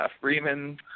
Freeman